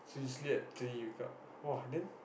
you sleep at three you wake up !wah! then